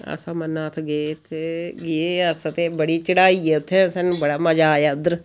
अस अमरनाथ गे हे ते गे हे अस उत्थै बड़ी चढ़ाई ऐ उत्थै स्हानू बड़ा मजा आएआ उद्धर